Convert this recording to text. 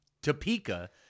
Topeka